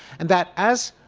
and that as,